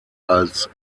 als